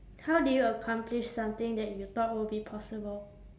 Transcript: how did you accomplish something that you thought would be possible